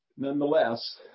nonetheless